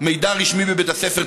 מידע רשמי מבית הספר,